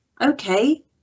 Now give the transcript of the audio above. okay